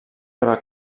rebre